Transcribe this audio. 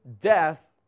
death